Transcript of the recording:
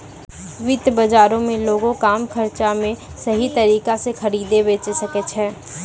वित्त बजारो मे लोगें कम खर्चा पे सही तरिका से खरीदे बेचै सकै छै